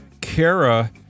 Kara